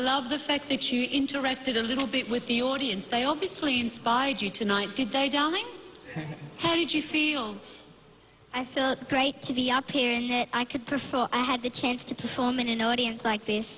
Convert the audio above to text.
love the fact that you interacted a little bit with the audience they obviously inspired you tonight did they tell me how did you feel i feel great to be up here and that i could perform i had the chance to perform in an audience like th